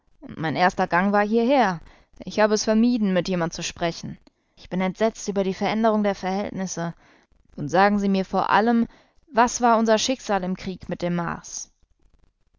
mein erster gang war hierher ich habe es vermieden mit jemand zu sprechen ich bin entsetzt über die veränderung der verhältnisse nun sagen sie mir vor allem was war unser schicksal im krieg mit dem mars